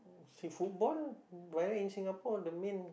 see football whether in Singapore or the main